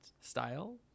style